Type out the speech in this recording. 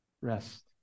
rest